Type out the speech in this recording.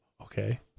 Okay